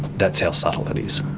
that's how subtle it is.